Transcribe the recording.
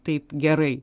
taip gerai